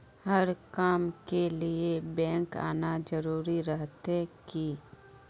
हर काम के लिए बैंक आना जरूरी रहते की?